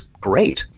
great